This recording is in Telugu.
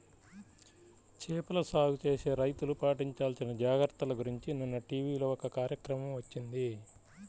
చేపల సాగు చేసే రైతులు పాటించాల్సిన జాగర్తల గురించి నిన్న టీవీలో ఒక కార్యక్రమం వచ్చింది